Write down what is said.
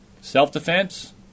self-defense